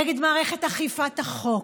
נגד מערכת אכיפת החוק.